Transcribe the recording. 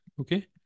okay